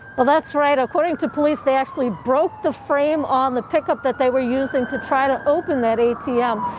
well that's right according to police they actually broke the frame on the pick up that they were using to try to open an atm.